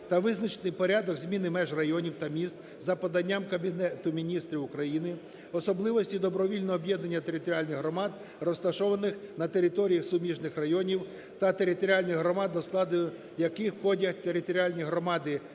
та визначити порядок зміни меж районів та міст за поданням Кабінету Міністрів України; особливості добровільного об'єднання територіальних громад, розташованих на територіях суміжних районів та територіальних громад, до складу яких входять територіальні громади